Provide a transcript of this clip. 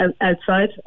outside